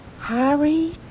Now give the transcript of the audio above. Harry